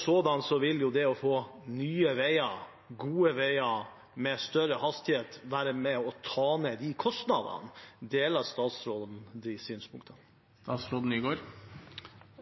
Sådan vil det å få nye veier og gode veier med større hastighet være med og ta ned de kostnadene. Deler statsråden de synspunktene? Ja,